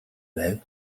байв